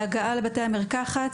בהגעה לבתי המרקחת.